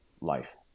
life